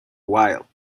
while